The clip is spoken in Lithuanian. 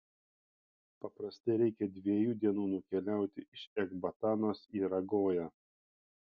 paprastai reikia dviejų dienų nukeliauti iš ekbatanos į ragoją